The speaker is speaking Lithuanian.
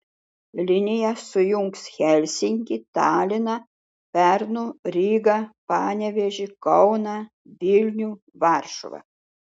linija sujungs helsinkį taliną pernu rygą panevėžį kauną vilnių varšuvą